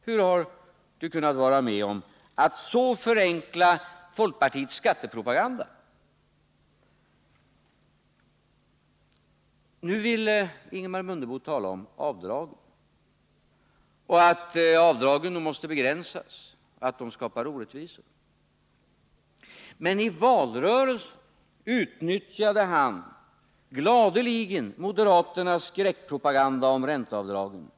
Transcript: Hur har Ingemar Mundebo kunnat vara med om att så förenkla folkpartiets skattepropaganda? Nu vill Ingemar Mundebo tala om avdragen och säger att avdragen måste begränsas och att de skapar orättvisa, men i valrörelsen utnyttjade han gladeligen moderaternas skräckpropaganda om ränteavdragen.